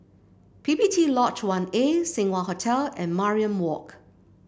P P T Lodge One A Seng Wah Hotel and Mariam Walk